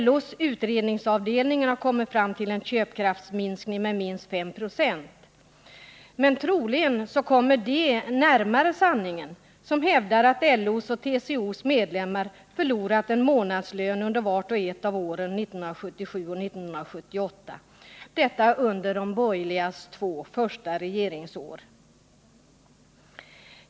LO:s utredningsavdelning har kommit fram till en köpkraftsminskning med minst 5 926, men troligen kommer de närmare sanningen som hävdar att LO:s och TCO:s medlemmar förlorat en månadslön under vart och ett av åren 1977 och 1978, dvs. under de borgerligas två första regeringsår.